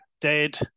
Dead